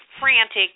frantic